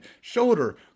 shoulder